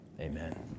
Amen